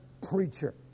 preacher